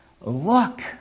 look